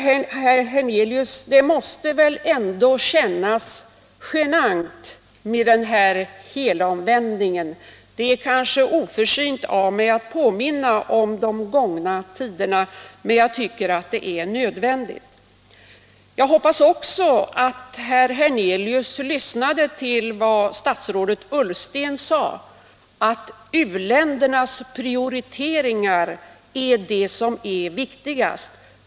Det måste väl ändå, herr Hernelius, kännas genant med den här helomvändningen? Det är kanske oförsynt av mig att påminna om gångna tider, men jag tycker att det är nödvändigt. Jag hoppas också att herr Hernelius lyssnade till vad statsrådet Ullsten sade, att u-ländernas prioriteringar är det som är viktigast.